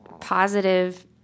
positive